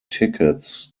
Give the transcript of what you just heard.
tickets